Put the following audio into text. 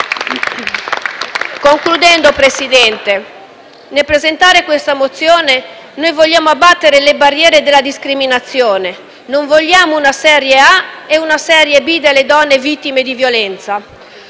L-SP-PSd'Az)*. Presidente, nel presentare questa mozione, vogliamo abbattere le barriere della discriminazione. Non vogliamo una serie A e una serie B delle donne vittime di violenza.